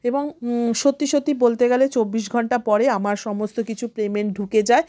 এবং সত্যি সত্যি বলতে গেলে চব্বিশ ঘন্টা পরে আমার সমস্ত কিছু পেমেন্ট ঢুকে যায়